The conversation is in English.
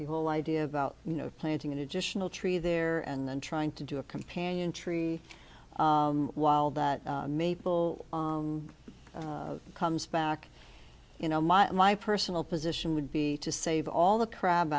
the whole idea about you know planting an additional tree there and then trying to do a companion tree while that maple comes back you know my and my personal position would be to save all the crab